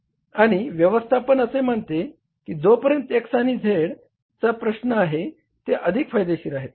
आणि व्यवस्थापन असे मानते की जोपर्यंत X आणि Z चा प्रश्न आहे ते अधिक फायदेशीर आहेत